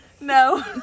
No